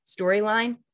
storyline